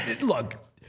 look